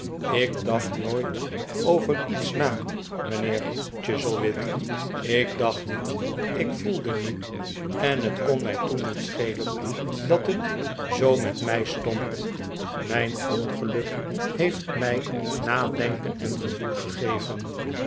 ik dacht nooit over iets na mijnheer chuzzlewit ik dacht niet ik voelde niet en het kon mij toen niet schelen dat het zoo met mij stond mijn ongeluk heeft mij nadenken en gevoel gegeven